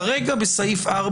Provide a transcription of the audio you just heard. כרגע בסעיף (4)